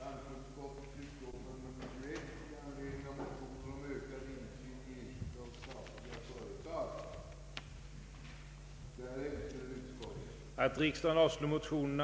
föreslå lämpliga former för ömsesidig information och samråd mellan representanter för de anställda, företagsledningen, kommun och arbetsmarknadsmyndigheter.